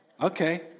Okay